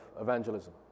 evangelism